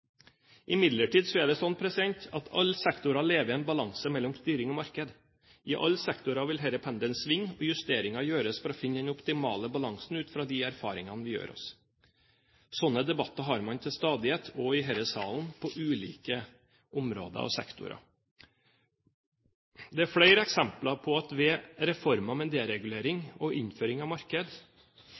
Imidlertid er det slik at alle sektorer lever i en balanse mellom styring og marked. I alle sektorer vil denne pendelen svinge og justeringer gjøres for å finne den optimale balansen ut fra de erfaringene vi gjør oss. Slike debatter har man til stadighet også i denne salen, på ulike områder og sektorer. Det er flere eksempler på at ved reformer med deregulering og innføring av marked